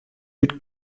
with